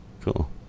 cool